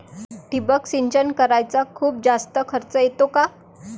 ठिबक सिंचन कराच खूप जास्त खर्च येतो का?